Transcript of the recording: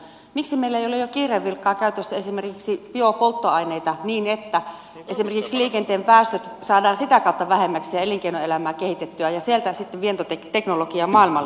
miksi meillä ei ole jo kiireen vilkkaa käytössä esimerkiksi biopolttoaineita niin että esimerkiksi liikenteen päästöt saataisiin sitä kautta vähemmiksi ja elinkeinoelämää kehitettyä ja sieltä sitten vientiteknologiaa maailmalle